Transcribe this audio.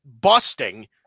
busting